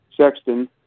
Sexton –